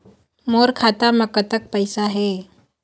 मोर खाता म कतक पैसा हे?